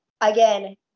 again